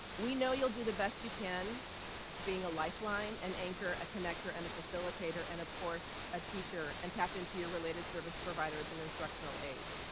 we know you'll do the best you can being a lifeline, an anchor, a connector, and a facilitator. and, of course, a teacher, and tap into your related service providers and instructional aides.